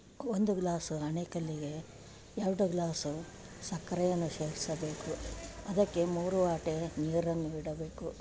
ಒಂದು ಗ್ಲಾಸು ಆಣೆ ಕಲ್ಲಿಗೆ ಎರಡು ಗ್ಲಾಸು ಸಕ್ಕರೆಯನ್ನು ಸೇವಿಸಬೇಕು ಅದಕ್ಕೆ ಮೂರು ವಾಟೆ ನೀರನ್ನು ಬಿಡಬೇಕು